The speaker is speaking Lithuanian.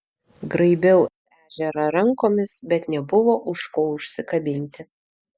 graibiau ežerą rankomis bet nebuvo už ko užsikabinti